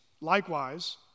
likewise